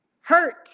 Hurt